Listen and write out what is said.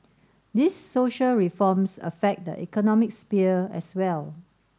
these social reforms affect the economic sphere as well